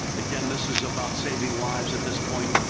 again, this is about saving lives at this point,